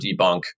debunk